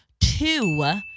Two